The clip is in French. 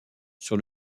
sur